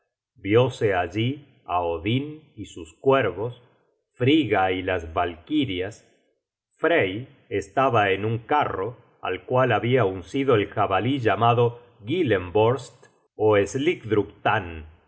viose allí á odin y sus cuervos frigga y las valkirias frey estaba en un carro al cual habia uncido el jabalí llamado gylenborste ó